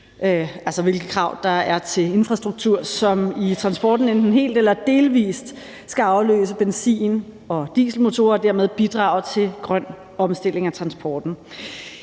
til hvilke krav der er til infrastruktur til det, som i transporten enten helt eller delvis skal afløse benzin- og dieselmotorer og dermed bidrage til en grøn omstilling af transporten.